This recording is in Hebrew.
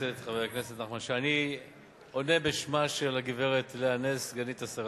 אני עונה בשמה של הגברת לאה נס, סגנית השר